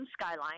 skyline